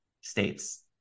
states